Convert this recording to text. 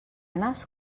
nas